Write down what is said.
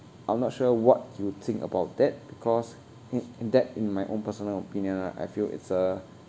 I'm not sure what you think about that because in in that in my own personal opinion I feel it's a